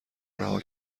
رها